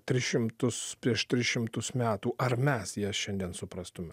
tris šimtus prieš tris šimtus metų ar mes ją šiandien suprastume